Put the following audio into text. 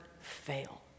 fail